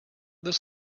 this